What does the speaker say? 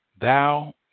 thou